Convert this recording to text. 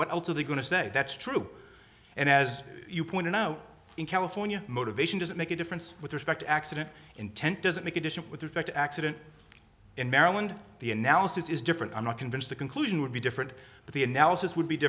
what else are they going to say that's true and as you pointed out in california motivation doesn't make a difference with respect accident intent doesn't make addition with respect to accident in maryland the analysis is different i'm not convinced the conclusion would be different but the analysis would be